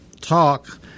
talk